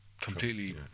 completely